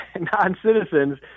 non-citizens